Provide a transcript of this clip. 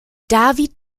david